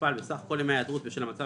מוכפל בסך כל ימי ההיעדרות בשל המצב